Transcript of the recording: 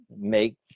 make